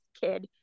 kid